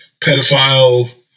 pedophile